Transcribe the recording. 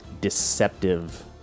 deceptive